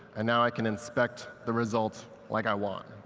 and now i can inspect the result like i want.